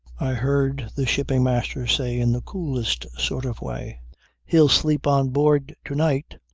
i heard the shipping master say in the coolest sort of way he'll sleep on board to-night.